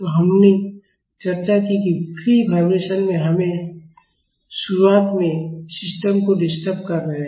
तो हमने चर्चा की कि फ्री वाइब्रेशन में हम शुरुआत में सिस्टम को डिस्टर्ब कर रहे हैं